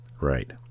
Right